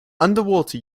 underwater